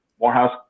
Morehouse